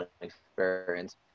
experience